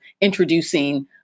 introducing